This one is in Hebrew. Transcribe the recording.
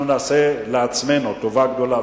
אנחנו נעשה לעצמנו טובה גדולה,